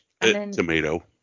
Tomato